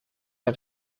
der